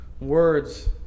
words